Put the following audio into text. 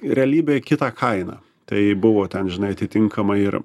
realybėj kita kaina tai buvo ten žinai atitinkamai ir